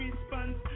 response